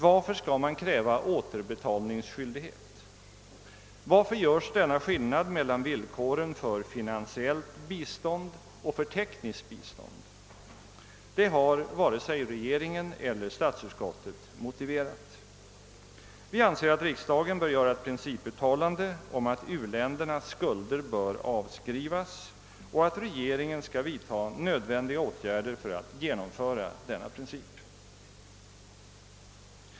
Varför skall man kräva återbetalningsskyldighet? Varför görs denna skillnad mellan villkoren för finansiellt bistånd och för tekniskt bistånd? Det har varken regeringen eller statsutskottet motiverat. Vi anser att riksdagen bör göra ett principuttalande om att u-ländernas skulder bör avskrivas och att regeringen skall vidta nödvändiga åtgärder för att genomföra denna princip.